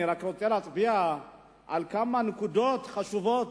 אני רק רוצה להצביע על כמה נקודות חשובות.